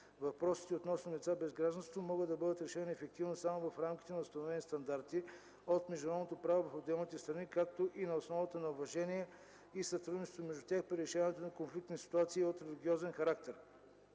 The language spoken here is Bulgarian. Въпросите относно лицата без гражданство могат да бъдат решени ефективно само в рамките на установени стандарти от международното право в отделните страни, както и на основата на уважение и сътрудничество между тях при решаването на конфликтни ситуации от религиозен характер.